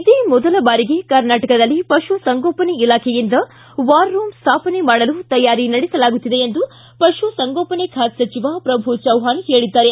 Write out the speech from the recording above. ಇದೇ ಮೊದಲ ಬಾರಿಗೆ ಕರ್ನಾಟಕದಲ್ಲಿ ಪಶುಸಂಗೋಪನೆ ಇಲಾಖೆಯಿಂದ ವಾರ್ ರೂಮ್ ಸ್ವಾಪನೆ ಮಾಡಲು ತಯಾರಿ ನಡೆಸಲಾಗುತ್ತಿದೆ ಎಂದು ಪಶುಸಂಗೋಪನೆ ಖಾತೆ ಸಚಿವ ಪ್ರಭು ಚವ್ವಾಣ ಹೇಳಿದ್ದಾರೆ